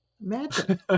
Imagine